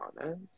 honest